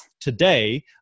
today